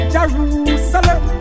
Jerusalem